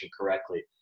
correctly